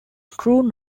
true